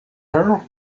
her